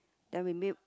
then we move